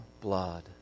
blood